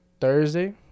Thursday